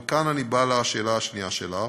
אבל כאן אני בא לשאלה השנייה שלך,